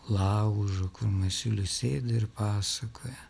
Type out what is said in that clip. laužo kur masiulis sėdi ir pasakoja